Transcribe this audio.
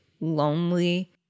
lonely